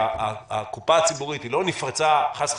שהקופה הציבורית לא נפרצה חס חלילה,